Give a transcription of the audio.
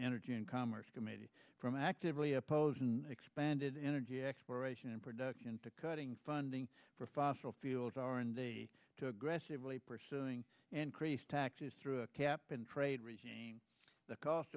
energy and commerce committee from actively oppose and expanded energy exploration and production to cutting funding for fossil fuels or in the to aggressively pursuing increased taxes through cap and trade raising the cost